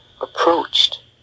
approached